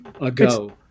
ago